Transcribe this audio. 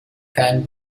keinen